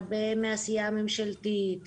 והרבה מהעשייה הממשלתית,